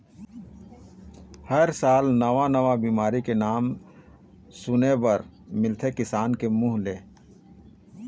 हर साल नवा नवा बिमारी के नांव सुने बर मिलथे किसान मन के मुंह ले